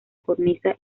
cornisa